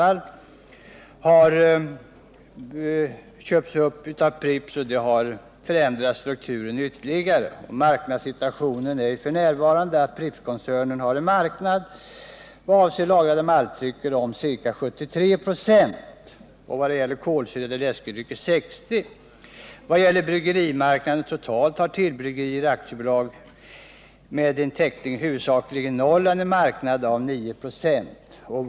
Bakgrunden, herr talman, till det förslag som vi har behandlat i näringsutskottets betänkande är den struktur som bryggeribranschen har fått under senare år. Sedan 1965 har företagskoncentrationen varit mycket kraftig, och den har accentuerats under 1977 genom att de två krisdrabbade västsvenska bryggerierna Falken och Sandwall har köpts upp av Pripps. Det har ytterligare förändrat strukturen. Prippskoncernen har f.n. 73 96 av marknaden vad avser lagrade maltdrycker. För kolsyrade läskedrycker är marknadsandelen 60 96. Vad det gäller bryggerimarknaden totalt har Till-Bryggerier, med en täckning huvudsakligen i Norrland, en marknad av 9 96.